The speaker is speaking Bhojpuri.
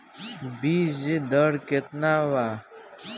बीज दर केतना वा?